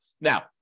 now